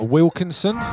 Wilkinson